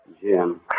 Jim